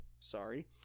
sorry